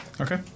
Okay